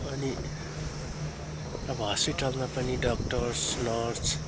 अनि अब हस्पिटलमा पनि डक्टर्स नर्स